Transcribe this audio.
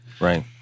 Right